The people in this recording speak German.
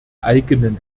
eigenen